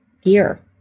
gear